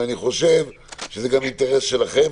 אני חושב שזה גם אינטרס שלכם,